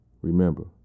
Remember